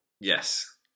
Yes